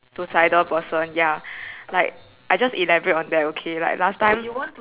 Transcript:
suicidal person ya like I just elaborate on that okay like last time